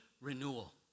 renewal